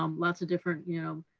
um lots of different, you know,